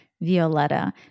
Violetta